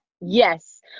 Yes